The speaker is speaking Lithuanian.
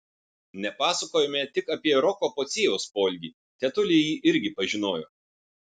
nepasakojome tik apie roko pociejaus poelgį tetulė jį irgi pažinojo